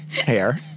hair